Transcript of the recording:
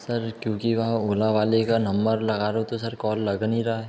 sir क्योंकि वह ओला वाले का नंबर लगा रहो तो सर कौल लग नहीं रहा है